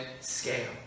scale